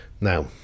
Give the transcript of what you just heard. Now